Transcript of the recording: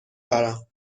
برم